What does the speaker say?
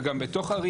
וגם בתוך ערים.